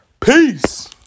Peace